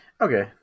okay